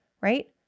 right